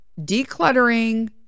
decluttering